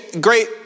great